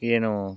ಏನು